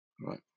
Right